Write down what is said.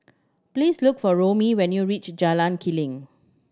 please look for Romie when you reach Jalan Keli